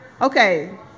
okay